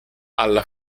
alla